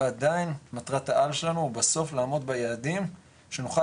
ועדיין מטרת העל שלנו בסוף לעמוד ביעדים שנוכל